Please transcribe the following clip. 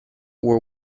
were